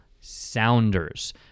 Sounders